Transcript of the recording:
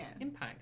impact